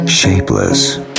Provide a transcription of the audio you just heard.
shapeless